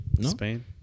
Spain